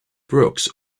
brooks